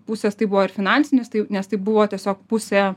pusės tai buvo ir finansinis tai nes tai buvo tiesiog pusė